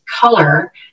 color